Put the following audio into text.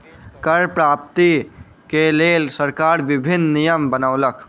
कर प्राप्ति के लेल सरकार विभिन्न नियम बनौलक